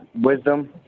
wisdom